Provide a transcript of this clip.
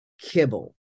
kibble